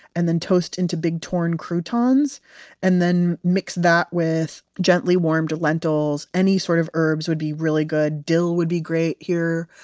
and then toast into big torn croutons. and then mix that with gently warmed lentils, any sort of herbs would be really good. dill would be great here,